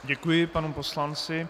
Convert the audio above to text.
Děkuji panu poslanci.